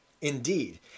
Indeed